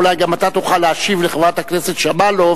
אולי גם אתה תוכל להשיב לחברת הכנסת שמאלוב